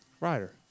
Ryder